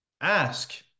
Ask